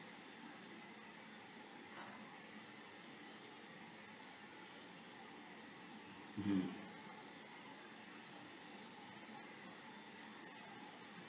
mmhmm